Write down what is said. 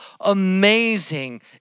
amazing